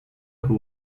who